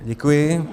Děkuji.